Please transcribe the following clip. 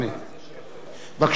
בבקשה.